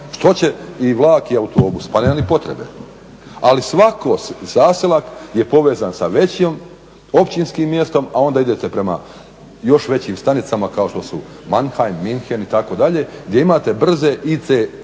Što će i vlak i autobus? Pa nema ni potrebe. Ali svaki zaselak je povezan sa većim općinskim mjestom, a onda idete prema još većim stanicama kao što su Manheim, Munchen itd. gdje imate brze,